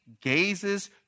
gazes